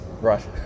Right